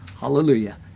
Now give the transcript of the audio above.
Hallelujah